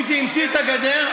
מי שהמציא את הגדר,